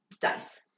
dice